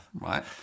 Right